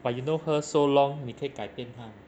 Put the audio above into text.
but you know her so long 你可以改变她